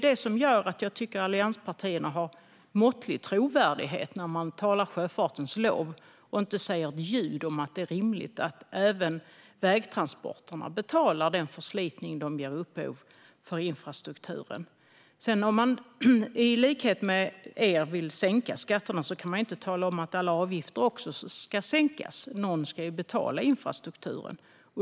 Det gör att jag tycker att allianspartierna har måttlig trovärdighet när de talar till sjöfartens lov men inte säger ett ljud om att det är rimligt att även vägtransporterna betalar för den förslitning som de ger upphov till inom infrastrukturen. Om man i likhet med er i Alliansen vill sänka skatterna kan man ju inte säga att alla avgifter också ska sänkas. Någon ska ju betala infrastrukturen.